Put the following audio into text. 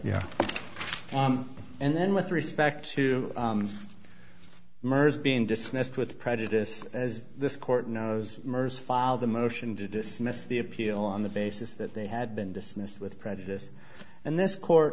yeah and then with respect to murder is being dismissed with prejudice as this court knows merz filed a motion to dismiss the appeal on the basis that they had been dismissed with prejudice and this court